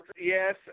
yes